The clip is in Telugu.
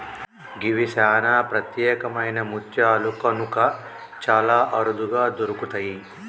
గివి సానా ప్రత్యేకమైన ముత్యాలు కనుక చాలా అరుదుగా దొరుకుతయి